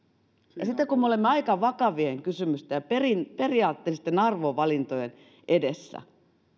ja kun me olemme aika vakavien kysymysten ja periaatteellisten arvovalintojen edessä